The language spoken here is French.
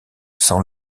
sans